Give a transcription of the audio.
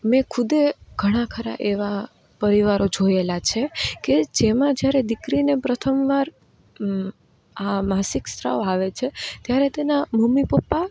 મેં ખુદે ઘણા ખરા એવા પરિવારો જોયેલાં છે જેમાં જ્યારે દીકરીને પ્રથમવાર આ માસિક સ્રાવ આવે છે ત્યારે તેના મમ્મી પપ્પા